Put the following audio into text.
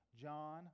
John